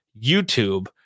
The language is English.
YouTube